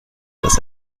das